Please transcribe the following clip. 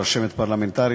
רשמת פרלמנטרית,